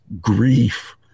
grief